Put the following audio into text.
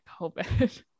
COVID